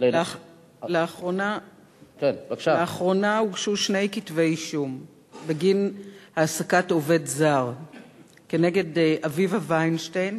לאחרונה הוגשו שני כתבי-אישום בגין העסקת עובד זר כנגד אביבה וינשטיין,